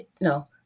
no